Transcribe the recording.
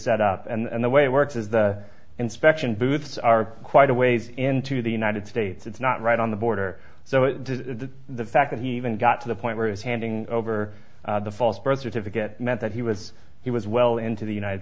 set up and the way it works is the inspection booths are quite a ways into the united states it's not right on the border so it's a the fact that he even got to the point where he's handing over the false birth certificate meant that he was he was well into the united